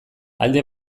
alde